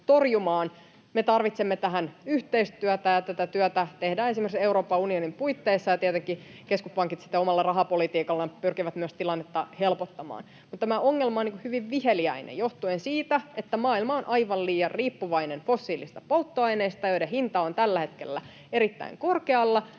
Me tarvitsemme tähän yhteistyötä, ja tätä työtä tehdään esimerkiksi Euroopan unionin puitteissa, ja tietenkin keskuspankit sitten omalla rahapolitiikallaan pyrkivät myös tilannetta helpottamaan. Tämä ongelma on hyvin viheliäinen johtuen siitä, että maailma on aivan liian riippuvainen fossiilisista polttoaineista, joiden hinta on tällä hetkellä erittäin korkealla,